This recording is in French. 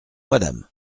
madame